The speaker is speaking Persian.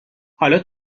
حالا